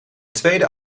tweede